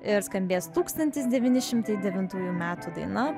ir skambės tūkstantis devyni šimtai devintųjų metų daina